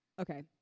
Okay